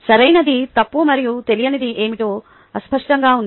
సరైనది తప్పు మరియు తెలియనిది ఏమిటో అస్పష్టంగా ఉంది